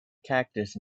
cactus